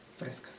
frescas